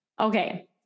Okay